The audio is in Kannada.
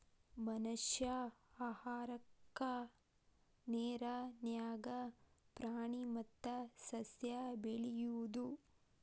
ಮನಷ್ಯಾ ಆಹಾರಕ್ಕಾ ನೇರ ನ್ಯಾಗ ಪ್ರಾಣಿ ಮತ್ತ ಸಸ್ಯಾ ಬೆಳಿಯುದು